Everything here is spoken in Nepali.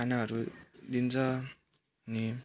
खानाहरू दिन्छ अनि